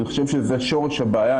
אני חושב שזה שורש הבעיה,